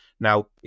Now